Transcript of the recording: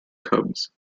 cubs